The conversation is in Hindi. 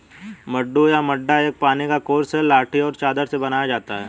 मड्डू या मड्डा एक पानी का कोर्स है लाठी और चादर से बनाया जाता है